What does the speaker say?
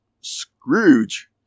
Scrooge